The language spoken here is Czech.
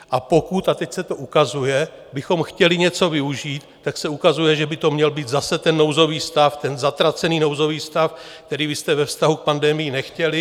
A pokud a teď se to ukazuje bychom chtěli něco využít, tak se ukazuje, že by to měl zase ten nouzový stav, ten zatracený nouzový stav, který vy jste ve vztahu k pandemii nechtěli.